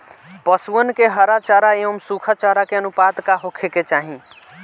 पशुअन के हरा चरा एंव सुखा चारा के अनुपात का होखे के चाही?